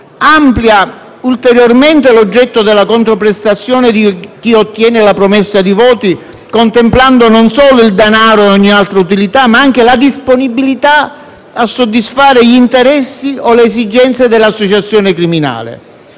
ampliando ulteriormente l'oggetto della controprestazione di chi ottiene la promessa di voti, contemplando non solo il denaro e ogni altra utilità, ma anche la disponibilità a soddisfare gli interessi o le esigenze dell'associazione criminale.